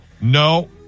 No